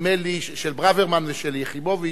נדמה לי, של ברוורמן ושל יחימוביץ,